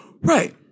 Right